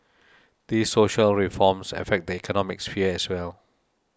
these social reforms affect the economic sphere as well